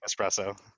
espresso